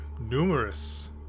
numerous